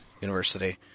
University